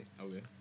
Okay